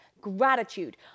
gratitude